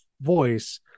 voice